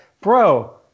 bro